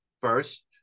First